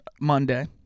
Monday